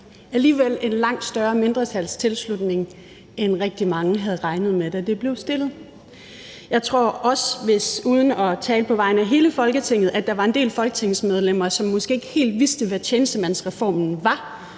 jeg, en langt større mindretalstilslutning, end rigtig mange havde regnet med, da det blev stillet. Uden at tale på vegne af hele Folketinget, tror jeg også, at der var en del folketingsmedlemmer, som måske ikke helt vidste, hvad tjenestemandsreformen var,